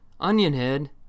Onionhead